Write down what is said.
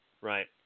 Right